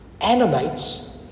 animates